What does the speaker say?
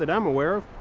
and i'm aware of.